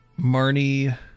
Marnie